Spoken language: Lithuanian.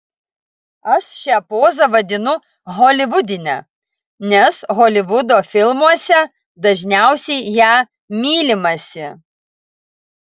aš šią pozą vadinu holivudine nes holivudo filmuose dažniausiai ja mylimasi